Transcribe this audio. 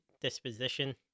disposition